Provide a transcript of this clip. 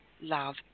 love